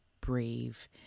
brave